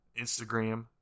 Instagram